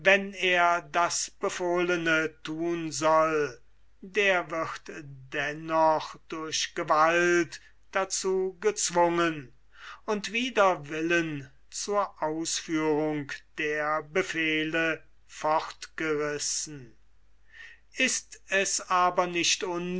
wenn er das befohlene thun soll der wird dennoch durch gewalt dazu gezwungen und wider willen zur der befehle fortgerissen ist es aber nicht